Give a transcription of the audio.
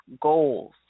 Goals